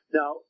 now